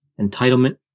entitlement